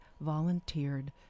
volunteered